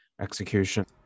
execution